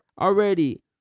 already